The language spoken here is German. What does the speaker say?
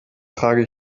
trage